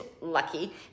lucky